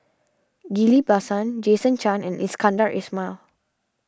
Ghillie Bassan Jason Chan and Iskandar Ismail